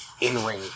in-ring